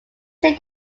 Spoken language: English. say